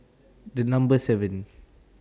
The Number seven